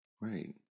Right